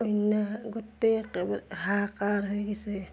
অন্য গোটেই একেবাৰে হাহাকাৰ হৈ গৈছে